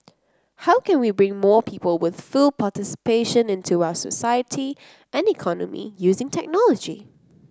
how can we bring more people with full participation into our society and economy using technology